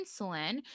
insulin